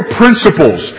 principles